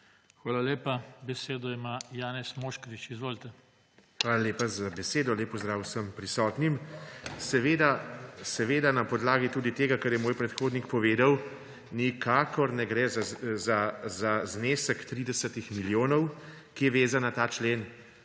Hvala lepa. Besedo ima Janez Moškrič. Izvolite. **JANAZ MOŠKRIČ (PS SDS):** Hvala lepa za besedo. Lep pozdrav vsem prisotnim! Seveda, na podlagi tudi tega, kar je moj predhodnik povedal, nikakor ne gre za znesek 30. milijonov, ki je vezan na ta člen.